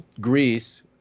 Greece